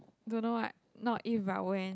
don't know what not if but when